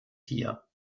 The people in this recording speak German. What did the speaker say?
hier